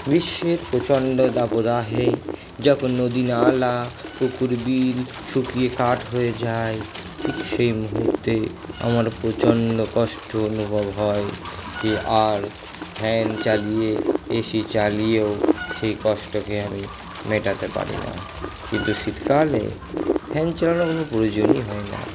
গ্রীষ্মের প্রচণ্ড দাবদাহে যখন নদীনালা পুকুরবিল শুকিয়ে কাঠ হয়ে যায় ঠিক সে মুহূর্তে আমার প্রচণ্ড কষ্ট অনুভব হয় আর ফ্যান চালিয়ে এসি চালিয়েও সেই কষ্টকে আমি মেটাতে পারি না কিন্তু শীতকালে ফ্যান চালানোর প্রয়োজনই হয় না